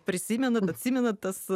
prisimenat atsimenat tas